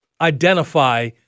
identify